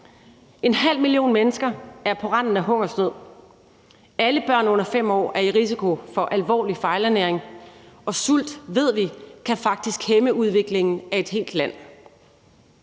En halv million mennesker er på randen af hungersnød, alle børn under 5 år er i risiko for alvorlig fejlernæring, og vi ved, at sult faktisk kan hæmme udviklingen af et helt land.